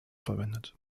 verwendet